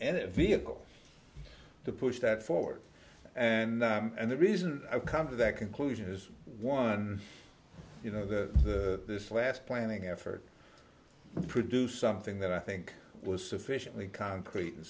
a vehicle to push that forward and i'm and the reason i've come to that conclusion is one you know that this last planning effort produced something that i think was sufficiently concrete and